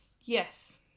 Yes